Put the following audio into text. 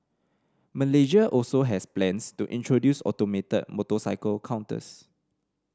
Malaysia also has plans to introduce automated motorcycle counters